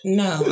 no